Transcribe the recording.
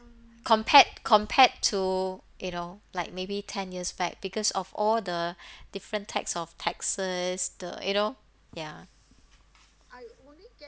compared compared to you know like maybe ten years back because of all the different types of taxes the you know ya